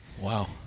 Wow